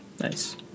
Nice